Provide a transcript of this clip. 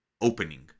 opening